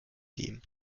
geben